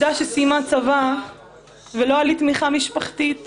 סיימתי צבא ולא הייתה לי תמיכה משפחתית